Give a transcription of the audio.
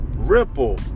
Ripple